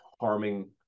harming